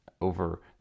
over